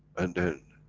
and then,